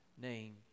name